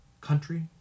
country